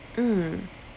mm